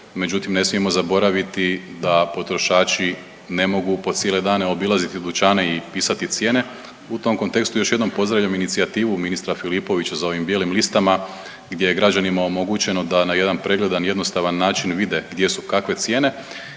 međutim ne smijemo zaboraviti da potrošači ne mogu po cijele dane obilaziti dućane i pisati cijene. U tom kontekstu još jednom pozdravljam inicijativu ministra Filipovića za ovim bijelim listama gdje je građanima omogućeno da na jedan pregledan i jednostavan način vide gdje su kakve cijene